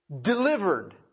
delivered